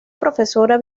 profesora